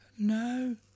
No